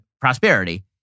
prosperity